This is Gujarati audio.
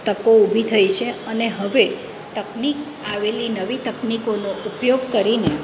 તકો ઊભી થઈ છે અને હવે તકનિક આવેલી નવી તકનિકોનો ઉપયોગ કરીને